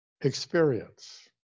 experience